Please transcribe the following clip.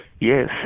Yes